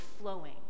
flowing